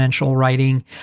writing